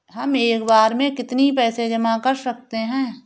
हम एक बार में कितनी पैसे जमा कर सकते हैं?